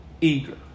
eager